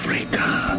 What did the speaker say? Africa